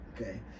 Okay